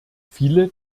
viele